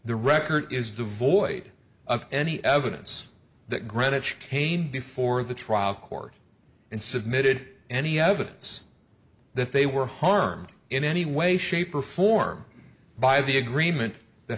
the record is devoid of any evidence that greenwich cain before the trial court and submitted any evidence that they were harmed in any way shape or form by the agreement that